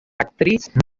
actriz